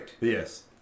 Yes